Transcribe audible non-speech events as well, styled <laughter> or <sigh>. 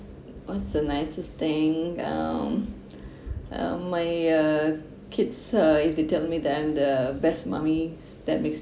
what's the nicest thing um <breath> um my uh kids if they tell me that I'm the best mummy that's make